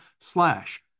slash